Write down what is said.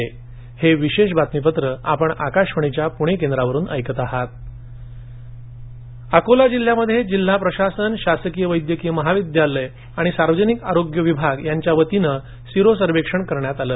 sero survey Akola Akola जिल्ह्यामध्ये जिल्हा प्रशासन शासकीय वैद्यकीय महाविद्यालय आणि सार्वजनीक आरोग्य विभाग यांच्या वतीनं सिरोसर्वेक्षण करण्यात आलं